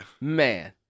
Man